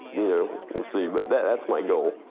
you know, we'll see. but that's my goal.